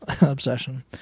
obsession